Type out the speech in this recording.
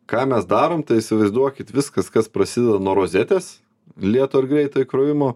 ką mes darom tai įsivaizduokit viskas kas prasideda nuo rozetės lėto ar greito įkrovimo